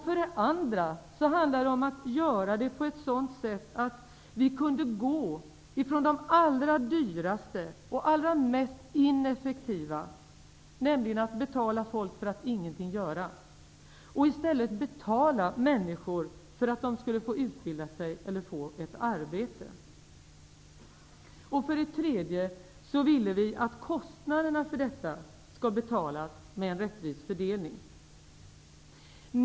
För det andra handlade det om att göra det på ett sådant sätt att vi kunde gå ifrån det allra dyraste och mest ineffektiva, nämligen att betala folk för att ingenting göra, och i stället betala människor för att de skulle få utbilda sig eller få ett arbete. För det tredje ville vi att kostnaderna för detta skulle fördelas rättvist.